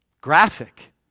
Graphic